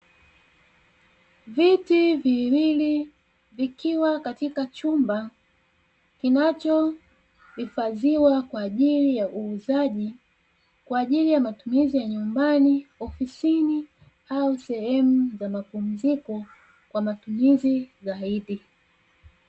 Viti viwili vikiwa katika chumba kinacho hifadhiwa kwa ajili ya uuzaji, kwa ajili ya matumizi ya nyumbani ofisini au sehemu za mapumziko kwa matumizi zaidi.